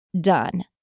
done